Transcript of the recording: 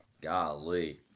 Golly